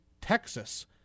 Texas